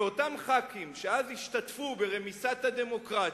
ואותם חברי כנסת שאז השתתפו ברמיסת הדמוקרטיה,